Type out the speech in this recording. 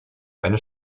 eine